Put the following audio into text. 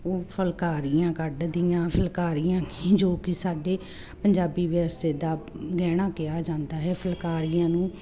ਉਹ ਫੁਲਕਾਰੀਆਂ ਕੱਢਦੀਆਂ ਫੁਲਕਾਰੀਆਂ ਜੋ ਕਿ ਸਾਡੇ ਪੰਜਾਬੀ ਵਿਰਸੇ ਦਾ ਗਹਿਣਾ ਕਿਹਾ ਜਾਂਦਾ ਹੈ ਫੁਲਕਾਰੀਆਂ ਨੂੰ